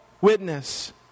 witness